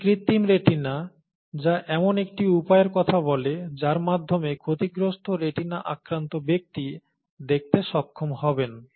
এটি কৃত্রিম রেটিনা যা এমন একটি উপায়ের কথা বলে যার মাধ্যমে ক্ষতিগ্রস্থ রেটিনা আক্রান্ত ব্যক্তি দেখতে সক্ষম হবেন